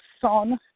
son